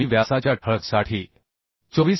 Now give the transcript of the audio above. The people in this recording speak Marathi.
व्यासाच्या ठळकसाठी 24 मि